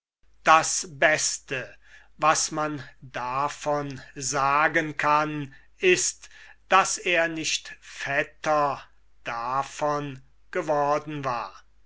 das beste was man davon sagen kann ist daß er nicht fetter davon geworden war